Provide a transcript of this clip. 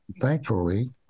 thankfully